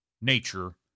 nature